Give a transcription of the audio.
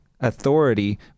authority